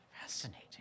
Fascinating